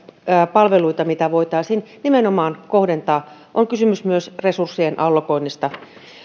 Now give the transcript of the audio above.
palveluita joita sinne nimenomaan voitaisiin kohdentaa on kysymys resurssien allokoinnista